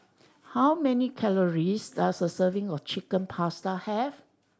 how many calories does a serving of Chicken Pasta have